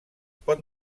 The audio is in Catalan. pot